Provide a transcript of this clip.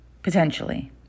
Potentially